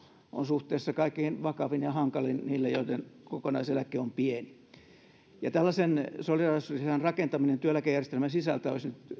on suhteessa kaikkein vakavin ja hankalin niille joiden kokonaiseläke on pieni tällaisen solidaarisuuslisän rakentaminen työeläkejärjestelmän sisältä olisi nyt